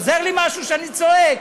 עוזר לי משהו שאני צועק?